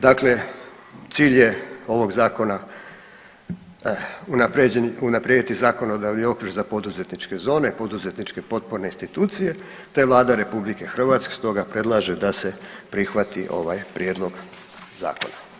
Dakle, cilj je ovog zakona unaprijediti zakonodavni okvir za poduzetničke zone, poduzetničke potporne institucije te Vlada RH stoga predlaže da se prihvati ovaj prijedlog zakona.